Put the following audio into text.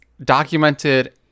documented